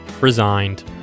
Resigned